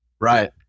Right